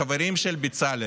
לחברים של בצלאל.